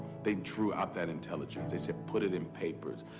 they drew out that intelligence. they said put it in paper.